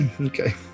okay